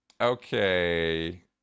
okay